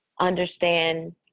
understand